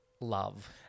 love